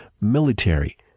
military